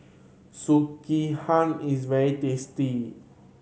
sekihan is very tasty